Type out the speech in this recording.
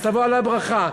אז תבוא עליו ברכה.